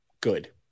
good